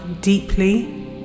deeply